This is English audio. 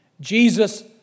Jesus